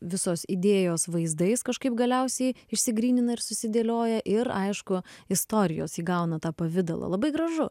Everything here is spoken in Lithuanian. visos idėjos vaizdais kažkaip galiausiai išsigrynina ir susidėlioja ir aišku istorijos įgauna tą pavidalą labai gražu